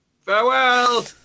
farewell